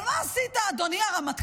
אבל מה עשית, אדוני הרמטכ"ל,